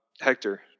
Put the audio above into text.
Hector